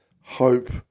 hope